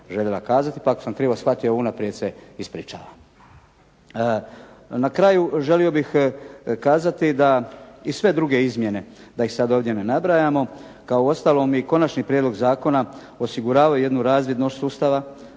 željela kazati, pa ako sam krivo shvatio unaprijed se ispričavam. Na kraju želio bih kazati da i sve druge izmjene, da ih sada ovdje ne nabrajamo, kao u ostalom i konačni prijedlog zakona osiguravaju jednu razvidnost sustava